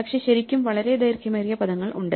പക്ഷേ ശരിക്കും വളരെ ദൈർഘ്യമേറിയ പദങ്ങൾ ഉണ്ട്